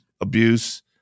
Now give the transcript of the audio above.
abuse